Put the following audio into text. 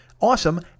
Awesome